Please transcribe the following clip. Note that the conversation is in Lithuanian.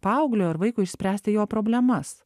paaugliui ar vaikui išspręsti jo problemas